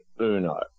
Uno